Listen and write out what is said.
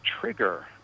trigger